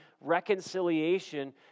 reconciliation